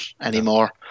anymore